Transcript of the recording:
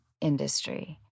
industry